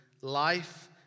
life